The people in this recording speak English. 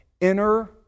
inner